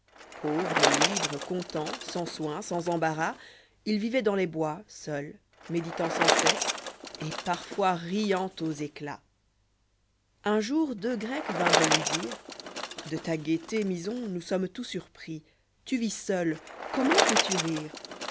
pauvre libre content sans soins sans embarras il vivoit dans les bois seul méditant sans cesse et parfois riant aux éclats un jour deux grecs vinrent lui dire de ta gaîté myson nous sommes tous surpris tu vis seul comment peux-tu rire